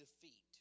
defeat